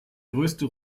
größte